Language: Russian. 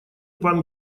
пан